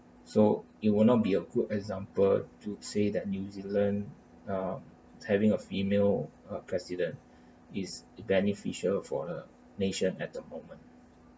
so it will not be a good example to say that new zealand uh having a female uh president is beneficial for the nation at the moment